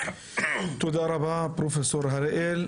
תודה רבה, פרופ' הראל.